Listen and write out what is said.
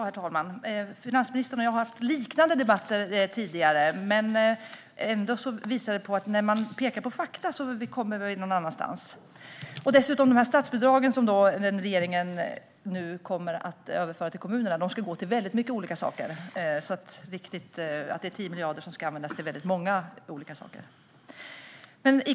Herr talman! Finansministern och jag har haft liknande debatter tidigare, men när man pekar på fakta hamnar vi ändå någon annanstans. De 10 miljarder i statsbidrag som regeringen nu kommer att överföra till kommunerna ska dessutom gå till väldigt många olika saker.